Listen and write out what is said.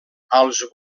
als